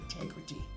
integrity